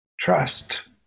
trust